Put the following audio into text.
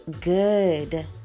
good